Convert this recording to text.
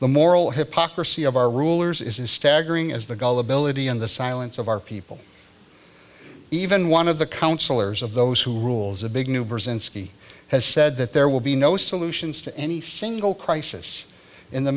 the moral hypocrisy of our rulers is staggering as the gullibility in the silence of our people even one of the counsellors of those who rules a big new burzynski has said that there will be no solutions to any single crisis in the